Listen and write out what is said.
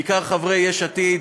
בעיקר חברי יש עתיד,